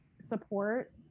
support